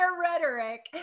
rhetoric